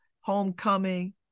homecoming